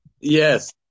Yes